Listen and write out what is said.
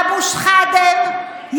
אבו שחידם,